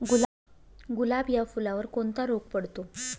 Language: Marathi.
गुलाब या फुलावर कोणता रोग पडतो?